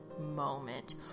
moment